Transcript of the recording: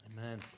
Amen